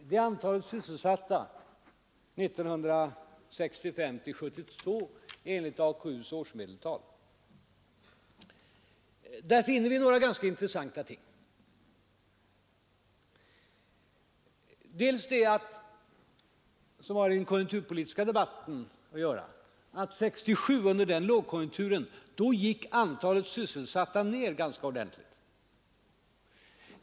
Det gäller antalet sysselsatta 1965—1972 enligt AKU:s årsmedeltal. Där finner vi för det första — vilket har med den konjunkturpolitiska debatten att göra — att under lågkonjunkturen 1967 gick antalet sysselsatta ned ganska ordentligt.